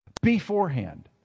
beforehand